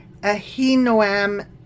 Ahinoam